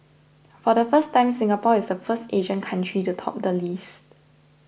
for the first time Singapore is the first Asian country to top the list